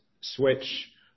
switch